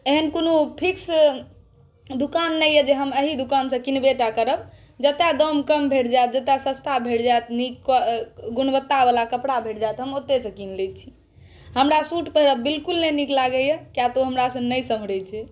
एहन कोनो फिक्स कोनो दुकान नहि यऽ जे हम एहि दोकान से किनबे टा करब जतै दाम कम भेट जाए जतै सस्ता भेट जाएत नीक गुणवत्ता वाला कपड़ा भेट जाएत हम ओतैसँ किन लेइ छी हमरा सुट पहिरब बिल्कुल नहि नीक लागैया किया तऽ ओ हमरा सँ नहि सम्हरै छै